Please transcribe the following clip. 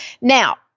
now